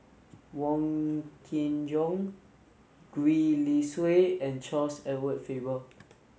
Wong Kin Jong Gwee Li Sui and Charles Edward Faber